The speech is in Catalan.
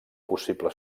possible